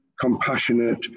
compassionate